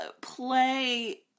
Play